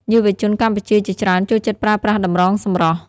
យុវជនកម្ពុជាជាច្រើនចូលចិត្តប្រើប្រាស់តម្រងសម្រស់។